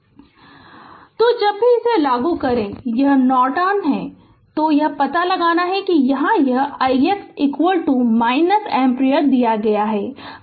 Refer Slide Time 1956 तो जब भी इसे लागू करें यह नॉर्टन तो यह पता लगाना है कि यहाँ यह ix एम्पीयर दिया गया है